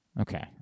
Okay